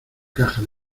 caja